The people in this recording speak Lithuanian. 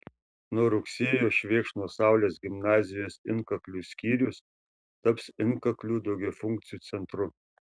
nuo rugsėjo švėkšnos saulės gimnazijos inkaklių skyrius taps inkaklių daugiafunkciu centru